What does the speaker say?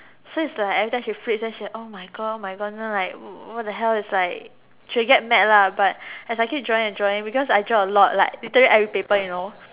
so it's like every time she flips then she like oh my god oh my god you know like what the hell is like she'll get mad lah but as I keep drawing and drawing because I draw a lot like literally every paper you know